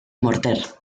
morter